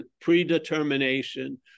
predetermination